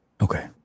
Okay